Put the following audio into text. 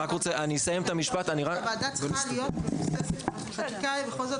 החקיקה בכל זאת צריכה להיות מבוססת נתונים.